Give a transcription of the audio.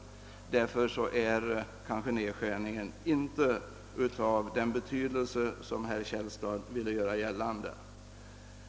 Nedskärningen är därför knappast av den betydelse som herr Källstad ville göra gällande.